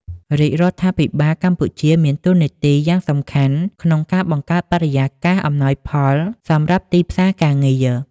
រាជរដ្ឋាភិបាលកម្ពុជាមានតួនាទីយ៉ាងសំខាន់ក្នុងការបង្កើតបរិយាកាសអំណោយផលសម្រាប់ទីផ្សារការងារ។